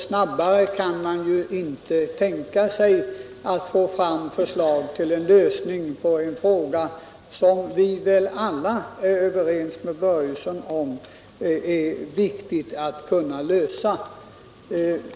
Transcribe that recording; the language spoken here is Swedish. Snabbare kan man ju inte tänka sig att få fram förslag till en lösning på en fråga, som vi väl alla är överens med herr Börjesson om är viktig att kunna lösa.